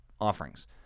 offerings